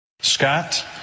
Scott